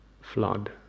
flood